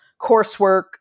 coursework